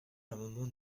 l’amendement